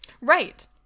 right